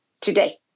today